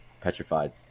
petrified